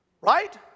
right